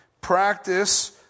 Practice